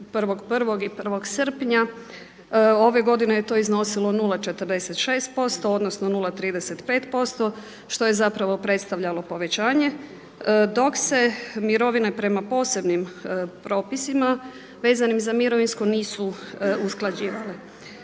1.1. i 1.7. Ove godine je to iznosilo 0,46% odnosno 0,35% što je zapravo predstavljalo povećanje. Dok se mirovine prema posebnim propisima vezanim za mirovinsko nisu usklađivale.